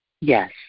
Yes